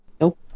Nope